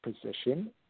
position